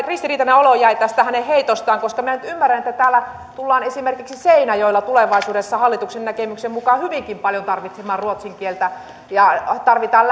ristiriitainen olo jäi tästä hänen heitostaan koska minä nyt ymmärrän että esimerkiksi seinäjoella tullaan tulevaisuudessa hallituksen näkemyksen mukaan hyvinkin paljon tarvitsemaan ruotsin kieltä ja tarvitaan